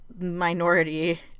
minority